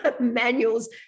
manuals